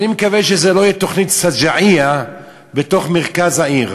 אני מקווה שזה לא יהיה "תוכנית שג'אעיה" בתוך מרכז העיר.